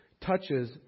touches